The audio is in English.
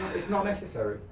it's not necessary.